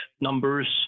numbers